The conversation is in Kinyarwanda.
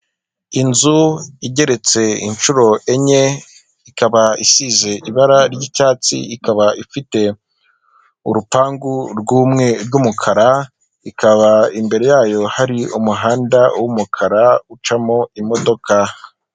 Inzu igeretse inshuro enye ikaba isize ibara ry'icyatsi, ikaba ifite urupangu rw'umukara, ikaba imbere yayo hari umuhanda w'umukara ucamo imodoka.